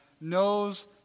knows